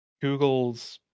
Google's